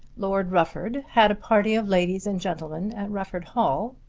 lord rufford had a party of ladies and gentlemen at rufford hall,